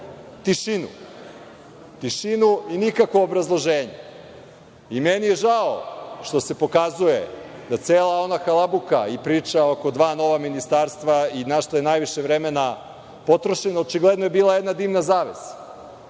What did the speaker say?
tišinu. Tišinu i nikakvo obrazloženje. Meni je žao što se pokazuje da cela ona halabuka i priča oko dva nova ministarstva i na šta je najviše vremena potrošeno, očigledno je bila jedna dimna zavesa,